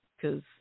Cause